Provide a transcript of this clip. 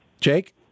Jake